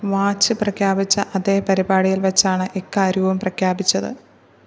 watch പ്രഖ്യാപിച്ച അതേ പരിപാടിയിൽ വെച്ചാണ് ഇക്കാര്യവും പ്രഖ്യാപിച്ചത്